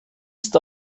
ist